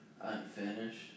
unfinished